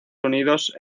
unidos